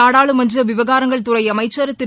நாடாளுமன்ற விவகாரங்கள் துறை அமைச்சள் திரு